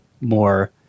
more